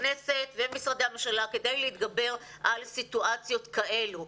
הכנסת ומשרדי הממשלה כדי להתגבר על סיטואציות כאלה.